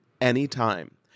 anytime